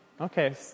Okay